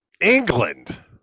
England